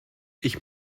ich